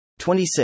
26